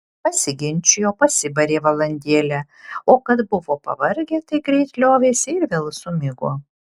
pasiginčijo pasibarė valandėlę o kad buvo pavargę tai greit liovėsi ir vėl sumigo